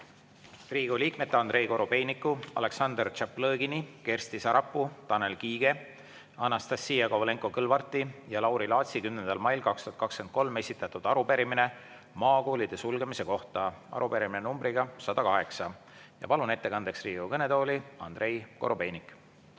Riigikogu liikmete Andrei Korobeiniku, Aleksandr Tšaplõgini, Kersti Sarapuu, Tanel Kiige, Anastassia Kovalenko-Kõlvarti ja Lauri Laatsi 10. mail 2023 esitatud arupärimine maakoolide sulgemise kohta, arupärimine nr 108. Palun ettekandeks Riigikogu kõnetooli Andrei Korobeiniku.